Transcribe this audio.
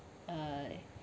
uh